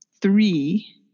three